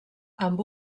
amb